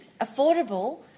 affordable